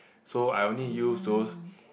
so I only use those